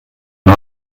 nur